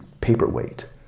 paperweight